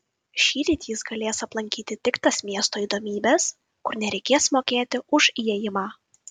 šįryt jis galės aplankyti tik tas miesto įdomybes kur nereikės mokėti už įėjimą